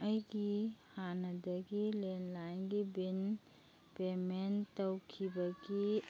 ꯑꯩꯒꯤ ꯍꯥꯟꯅꯗꯒꯤ ꯂꯦꯟꯂꯥꯏꯟꯒꯤ ꯕꯤꯟ ꯄꯦꯃꯦꯟ ꯇꯧꯈꯤꯕꯒꯤ